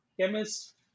chemist